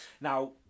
Now